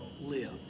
live